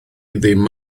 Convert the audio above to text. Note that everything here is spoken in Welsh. ddim